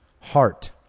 heart